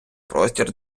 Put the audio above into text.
простір